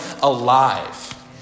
alive